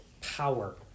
power